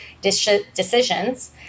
decisions